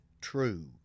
true